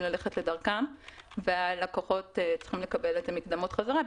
ללכת לדרכם והלקוחות צריכים לקבל את המקדמות בחזרה,